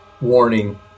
warning